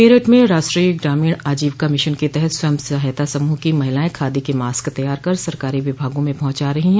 मेरठ में राष्ट्रीय ग्रामीण आजीविका मिशन के तहत स्वयं सहायता समूह की महिलाएं खादी के मास्क तैयार कर सरकारी विभागों में पहुंचा रही है